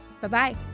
Bye-bye